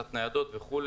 הוספת ניידות וכו',